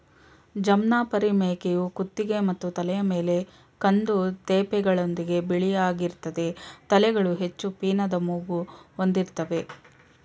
ಜಮ್ನಾಪರಿ ಮೇಕೆಯು ಕುತ್ತಿಗೆ ಮತ್ತು ತಲೆಯ ಮೇಲೆ ಕಂದು ತೇಪೆಗಳೊಂದಿಗೆ ಬಿಳಿಯಾಗಿರ್ತದೆ ತಲೆಗಳು ಹೆಚ್ಚು ಪೀನದ ಮೂಗು ಹೊಂದಿರ್ತವೆ